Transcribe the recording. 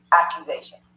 accusation